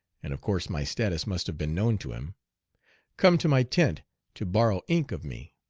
and of course my status must have been known to him come to my tent to borrow ink of me.